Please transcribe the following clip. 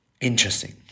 Interesting